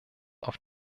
auf